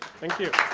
thank you.